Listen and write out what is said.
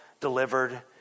delivered